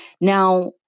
Now